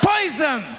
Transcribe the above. Poison